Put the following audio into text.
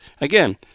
Again